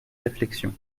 réflexion